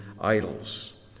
idols